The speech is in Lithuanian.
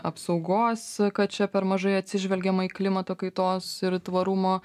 apsaugos kad čia per mažai atsižvelgiama į klimato kaitos ir tvarumo